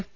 F